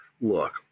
look—